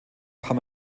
kam